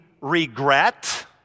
regret